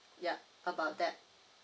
yup about that